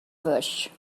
bush